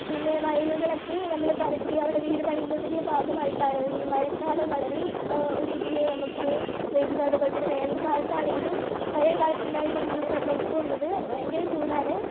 പിന്നെ വയലുകളൊക്കെ നമ്മൾ പരത്തി അവിടെ വീട് പണിയുന്നതിന്റെ ഭാഗമായിട്ടാണ് ഈ മഴക്കാലം വളരെ ഒരു ഇതിൽ നമുക്ക് വരുന്നത് അതേപോലെത്തന്നെ വേനൽക്കാലത്താണെങ്കിലും പഴയ കാലത്ത് ഉണ്ടായിരുന്ന ഒരു ചൂട് അല്ല ഇപ്പോൾ ഉള്ളത് ഭയങ്കര ചൂടാണ്